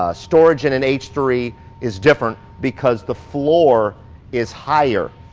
ah storage in an h three is different because the floor is higher.